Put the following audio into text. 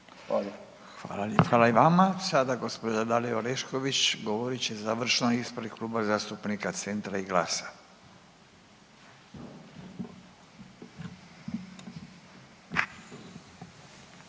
Hvala i vama. Sada gospođa Dalija Orešković govorit će završno ispred Kluba zastupnika Centra i GLAS-a.